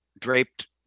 draped